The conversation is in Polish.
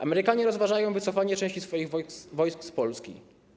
Amerykanie rozważają wycofanie części swoich wojsk z Polski.